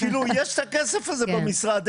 כאילו יש את הכסף הזה במשרד.